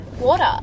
Water